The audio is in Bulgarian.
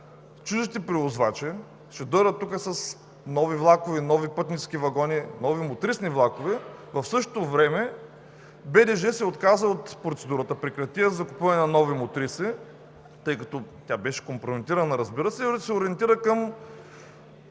чуждите превозвачи ще дойдат тук с нови влакове и нови пътнически вагони, нови мотрисни влакове, в същото време БДЖ се отказа от процедурата за закупуване на нови мотриси, тъй като тя беше компрометирана, и се ориентира към